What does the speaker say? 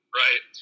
right